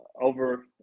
over